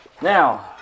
Now